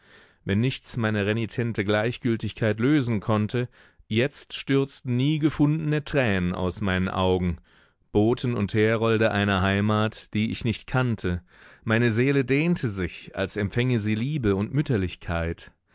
wenn nichts meine renitente gleichgültigkeit lösen konnte jetzt stürzten nie gefundene tränen aus meinen augen boten und herolde einer heimat die ich nicht kannte meine seele dehnte sich als empfänge sie liebe und mütterlichkeit